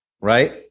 right